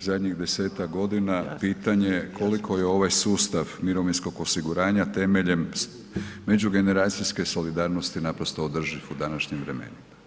zadnjih desetak godina pitanje koliko je ovaj sustav mirovinskog osiguranja temeljem međugeneracijske solidarnosti održiv u današnjim vremenima?